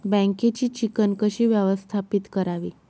बँकेची चिकण कशी व्यवस्थापित करावी?